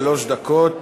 שלוש דקות.